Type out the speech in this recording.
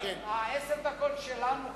עשר הדקות שלנו,